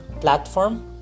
platform